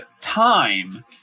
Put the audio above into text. time